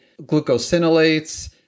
glucosinolates